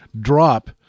drop